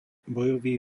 bojový